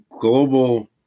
global